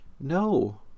No